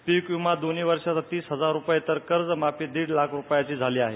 पीक विमा दोन्ही वर्षाचा तीस हजार रुपये तर कर्जमाफी दीड लाख रुपयाची झाली आहे